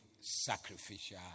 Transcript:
sacrificial